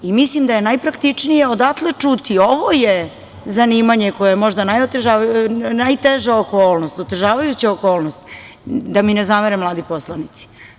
Mislim da je najpraktičnije odatle čuti, ovo je zanimanje koje možda najteža okolnost, otežavajuća okolnost, da mi ne zamere mladi poslanici.